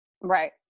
Right